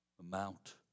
amount